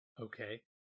Okay